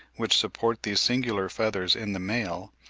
which support these singular feathers in the male,